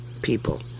people